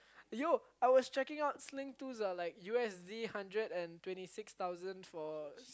!aiyo! I was checking out sling twos are like U_S_D hundred and twenty six thousand for